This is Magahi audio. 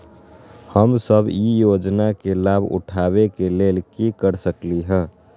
हम सब ई योजना के लाभ उठावे के लेल की कर सकलि ह?